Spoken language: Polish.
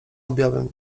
objawem